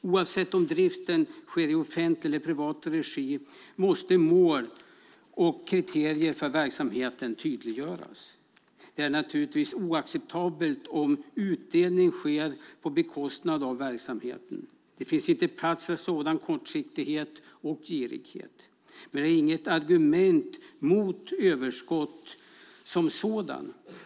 Oavsett om driften sker i offentlig eller privat regi måste mål och kriterier för verksamheten tydliggöras. Det är oacceptabelt om utdelning sker på bekostnad av verksamheten. Det finns inte plats för sådan kortsiktighet och girighet, men det är inget argument mot överskott som sådant.